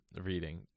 reading